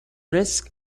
risk